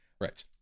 Right